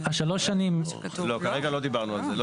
לא, כרגע לא דיברנו על זה.